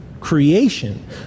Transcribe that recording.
creation